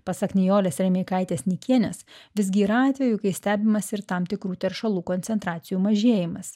pasak nijolės remeikaitės nikienės visgi yra atvejų kai stebimas ir tam tikrų teršalų koncentracijų mažėjimas